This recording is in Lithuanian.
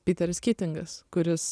piteris kitingas kuris